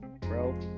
bro